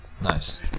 nice